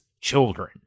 children